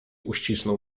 uścisnął